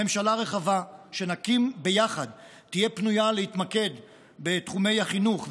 הממשלה הרחבה שנקים יחד תהיה פנויה להתמקד בתחומי החינוך,